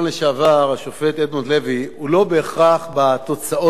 הוא לא בהכרח בתוצאות המיידיות ויישום מסקנותיו,